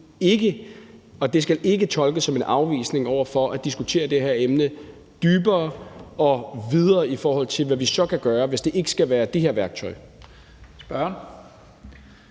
Men det skal ikke tolkes som en afvisning over for at diskutere det her emne dybere og videre, i forhold til hvad vi så kan gøre, hvis ikke det skal være det her værktøj. Kl.